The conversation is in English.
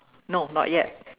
no not yet